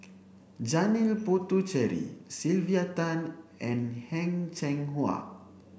Janil Puthucheary Sylvia Tan and Heng Cheng Hwa